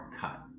cut